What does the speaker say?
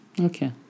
Okay